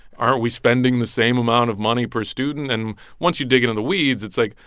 aren't we spending the same amount of money per student? and once you dig into the weeds, it's like,